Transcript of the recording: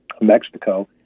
Mexico